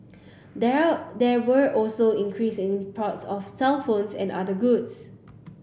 there there were also increasing imports of cellphones and other goods